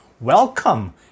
Welcome